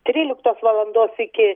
tryliktos valandos iki